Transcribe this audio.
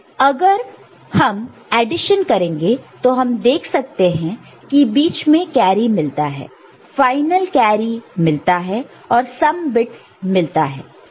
अब अगर हम एडिशन करेंगे तो हम देख सकते हैं की बीच में कैरी मिलता है फाइनल कैरी मिलता है और सम बिट्स मिलता है